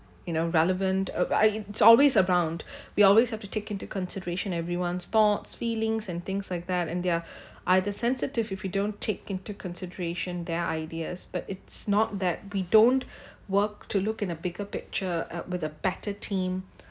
you know relevant oo I it's always around we always have to take into consideration everyone's thoughts feelings and things like that and they're either sensitive if we don't take into consideration their ideas but it's not that we don't work to look at the bigger picture uh with a better team